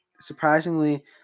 surprisingly